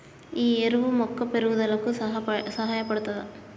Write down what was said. ఈ ఎరువు మొక్క పెరుగుదలకు సహాయపడుతదా?